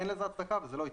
אין לזה הצדקה וזה לא יתרום.